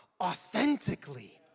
authentically